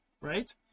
right